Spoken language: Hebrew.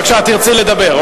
תרצי לדבר?